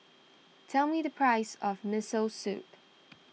tell me the price of Miso Soup